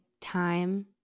time